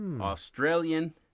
Australian